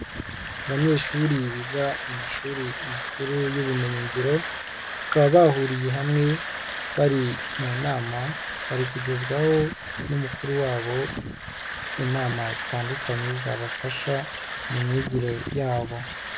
Abanyeshuri biga mu mashuri makuru y'ubumenyingiro, bakaba bahuriye hamwe, bari mu nama, bari kugezwaho n'umukuru wabo inama zitandukanye zabafasha mu myigire yabo.